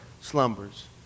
slumbers